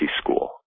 school